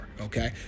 okay